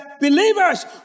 believers